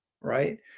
Right